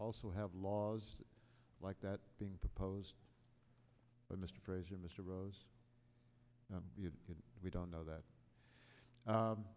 also have laws like that being proposed by mr president mr rose we don't know that